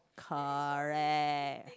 correct